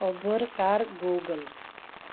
اوٚبُر کر گوگل